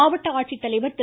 மாவட்ட ஆட்சித்தலைவர் திரு